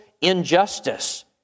injustice